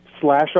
slash